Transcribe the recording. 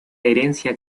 herencia